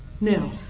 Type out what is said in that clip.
Now